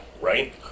right